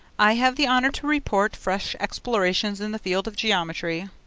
i have the honour to report fresh explorations in the field of geometry.